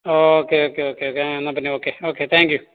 okay okay okay okay എന്നാൽ പിന്നെ okay okay thank U